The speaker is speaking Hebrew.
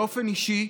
באופן אישי,